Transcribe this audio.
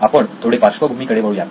आपण थोडे पार्श्वभूमी कडे वळूयात